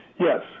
Yes